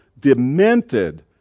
demented